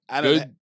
Good